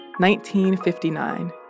1959